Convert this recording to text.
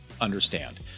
understand